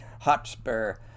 Hotspur